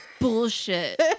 bullshit